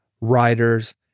writers